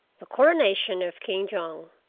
the coronation of king jong